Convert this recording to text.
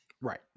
Right